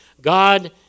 God